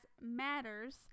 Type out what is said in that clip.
matters